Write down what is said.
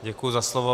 Děkuji za slovo.